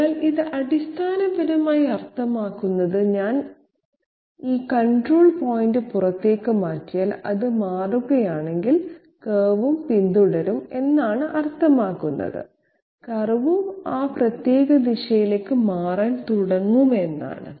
അതിനാൽ ഇത് അടിസ്ഥാനപരമായി അർത്ഥമാക്കുന്നത് ഞാൻ ഈ കൺട്രോൾ പോയിന്റ് പുറത്തേക്ക് മാറ്റിയാൽ അത് മാറുകയാണെങ്കിൽ കർവും പിന്തുടരും എന്നാണ് അർത്ഥമാക്കുന്നത് കർവും ആ പ്രത്യേക ദിശയിലേക്ക് മാറാൻ തുടങ്ങും എന്നാണ്